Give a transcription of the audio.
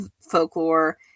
folklore